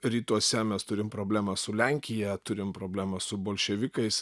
rytuose mes turim problemą su lenkija turim problemą su bolševikais